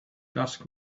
dusk